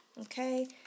Okay